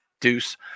deuce